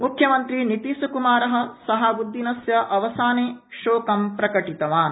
मुख्यमंत्री नीतीशकुमार शहाबुद्दीनस्य अवसाने शोकम् प्रकटितवान्